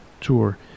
tour